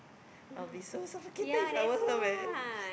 I'll be so suffocated If I were her man